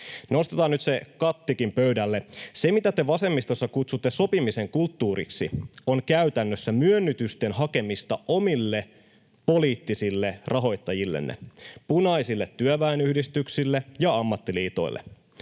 Nostetaan nyt se kattikin pöydälle. Se, mitä te vasemmistossa kutsutte sopimisen kulttuuriksi, on käytännössä myönnytysten hakemista omille poliittisille rahoittajillenne: punaisille työväenyhdistyksille ja ammattiliitoille.